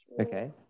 Okay